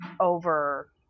over